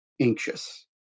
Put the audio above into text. anxious